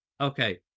Okay